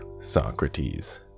Socrates